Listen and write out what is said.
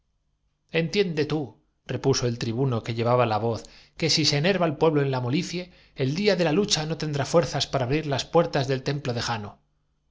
los entiende túrepuso el tribuno que llevaba la voz privados sostenidos por empresas particulares que los que si se enerva el pueblo en la molicie el día de la alquilaban mediante una retribución pecuniaria lucha no tendrá fuerzas para abrir las puertas del en